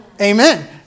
Amen